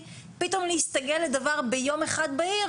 פתאום להסתגל לדבר ביום אחד בהיר,